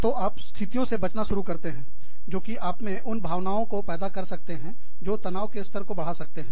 तो आप स्थितियों से बचना शुरू करते हैं जो कि आप में उन भावनाओं को पैदा कर सकते हैं जो तनाव के स्तर को बढ़ा सकते हैं